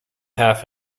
half